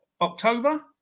October